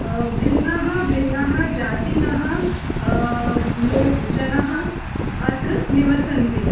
भिन्नः भिन्नः जातिनः लोक् जनाः अत्र निवसन्ति